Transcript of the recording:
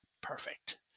perfect